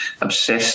obsessed